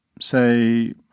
say